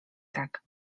tak